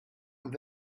und